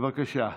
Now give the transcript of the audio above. בבקשה.